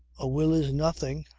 a will is nothing.